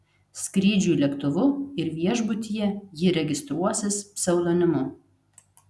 skrydžiui lėktuvu ir viešbutyje ji registruosis pseudonimu